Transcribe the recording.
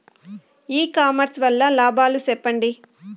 ఇ commerce వల్ల లాభాలు సెప్పండి?